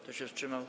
Kto się wstrzymał?